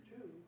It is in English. Two